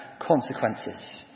consequences